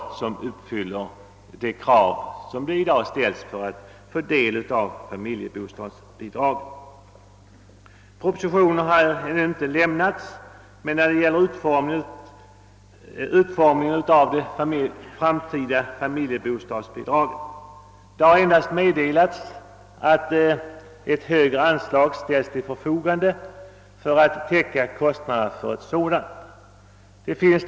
Propositionen beträffande 'utformningen av det framtida familjebostadsbidraget har ännu inte avlämnats. Det har endast meddelats att högre anslag ställs till förfogande för att täcka kostnader för familjebostadsbidrag.